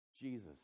Jesus